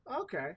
Okay